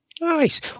Nice